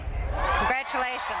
Congratulations